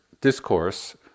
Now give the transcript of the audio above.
discourse